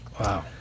Wow